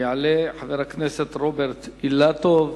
יעלה חבר הכנסת רוברט אילטוב,